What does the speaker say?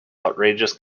outrageous